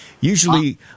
Usually